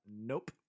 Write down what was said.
nope